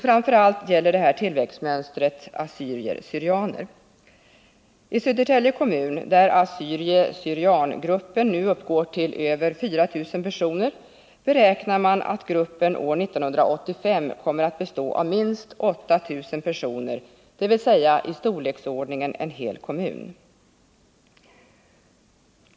Framför allt gäller det här tillväxtmönstret assyrier syriangruppen nu uppgår till över 4 000 personer, beräknar man att gruppen år 1985 kommer att bestå av minst 8 000 personer, dvs. vara i storleksordningen en hel kommun.